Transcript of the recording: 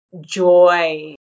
joy